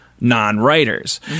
non-writers